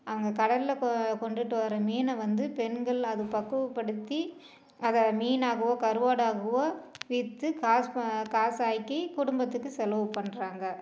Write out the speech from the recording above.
அவங்க கடலில் கொண்டுட்டு வர மீனை வந்து பெண்கள் அதை பக்குவப்படுத்தி அதை மீனாகவோ கருவாடாகவோ விற்று காசு காசாக்கி குடும்பத்துக்கு செலவு பண்ணுறாங்க